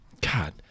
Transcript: God